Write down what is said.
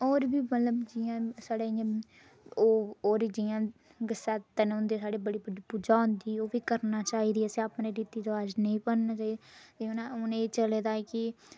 और बी मतलब जि'यां साढ़े इ'यां ओह् होर जि'यां ओह् और जि'यां होंदे साढ़े बड़ी बड्डी पूजा होंदी ओह् बी करना चाहिदी असें अपने रीति रिवाज नेईं भनदे हून इ'यां चले दा कि